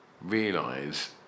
realize